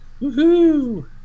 Woohoo